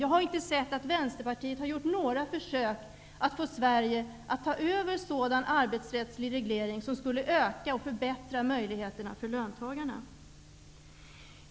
Jag har inte sett att Vänsterpartiet gjort några försök att få Sverige att ta över sådan arbetsrättslig reglering som skulle öka och förbättra möjligheterna för löntagarna.